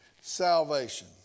salvation